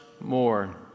more